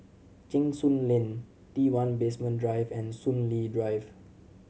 Cheng Soon Lane T One Basement Drive and Soon Lee Drive